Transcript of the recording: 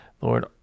Lord